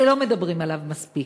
שלא מדברים עליו מספיק,